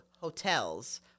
hotels